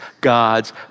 God's